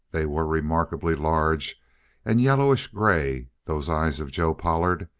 they were remarkably large and yellowish gray, those eyes of joe pollard,